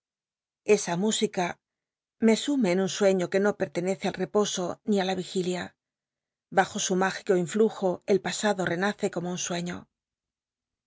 esa música me sume en un sueño que no petlcnecc al reposo ni á la vigilia bajo su mógico influj o el pasado renace como un sueño